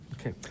Okay